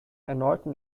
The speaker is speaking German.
erneuten